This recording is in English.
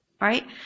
Right